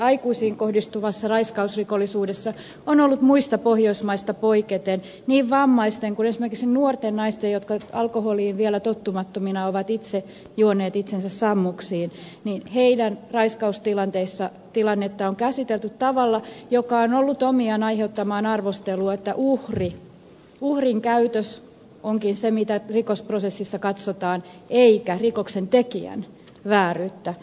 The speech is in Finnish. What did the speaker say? aikuisiin kohdistuvassa raiskausrikollisuudessa on muista pohjoismaista poiketen niin vammaisten kuin esimerkiksi nuorten naisten jotka alkoholiin vielä tottumattomina ovat itse juoneet itsensä sammuksiin raiskaustilannetta käsitelty tavalla joka on ollut omiaan aiheuttamaan arvostelua että uhrin käytös onkin se mitä rikosprosessissa katsotaan eikä rikoksen tekijän vääryyttä